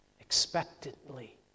expectantly